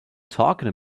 talking